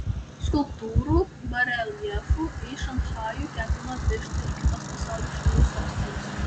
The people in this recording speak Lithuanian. skulptūrų bareljefų į šanchajų ketina atvežti ir kitos pasaulio šalių sostinės